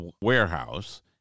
warehouse